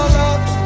love